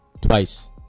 twice